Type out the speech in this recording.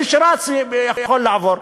מי שרץ יכול לעבור.